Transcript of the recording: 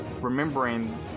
remembering